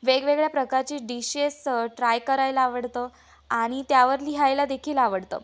वेगवेगळ्या प्रकारचे dishes try करायला आवडतं आणि त्यावर लिहायला देखील आवडतं